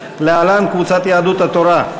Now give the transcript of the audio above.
להלן: קבוצת סיעת יהדות התורה,